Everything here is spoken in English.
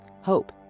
Hope